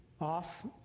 off